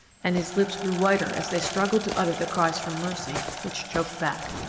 and his lips grew whiter as they struggled to utter the cries for mercy which choked back.